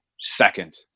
second